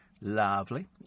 Lovely